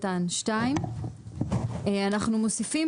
אנחנו מוסיפים